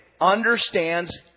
understands